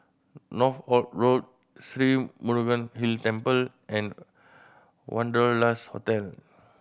Northolt Road Sri Murugan Hill Temple and Wanderlust Hotel